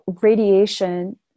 radiation